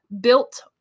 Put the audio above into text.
built